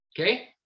Okay